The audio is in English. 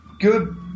good